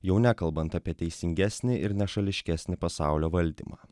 jau nekalbant apie teisingesnį ir nešališkesnį pasaulio valdymą